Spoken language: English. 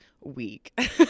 week